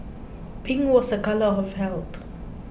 pink was a colour of health